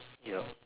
yup